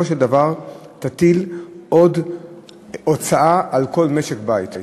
של דבר תטיל עוד הוצאה על כל משק בית.